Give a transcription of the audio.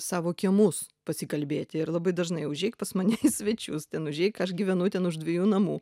savo kiemus pasikalbėti ir labai dažnai užeik pas mane į svečius ten užeik aš gyvenu ten už dviejų namų